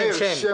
אני משנה